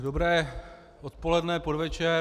Dobré odpoledne, podvečer.